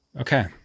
Okay